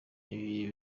ibi